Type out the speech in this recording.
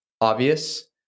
obvious